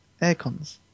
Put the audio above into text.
aircons